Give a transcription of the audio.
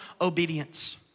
obedience